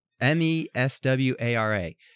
M-E-S-W-A-R-A